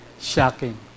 shocking